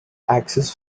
axis